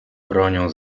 bronią